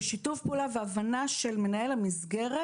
בשיתוף פעולה והבנה של מנהל המסגרת,